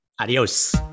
adios